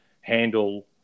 handle